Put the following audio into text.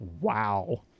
Wow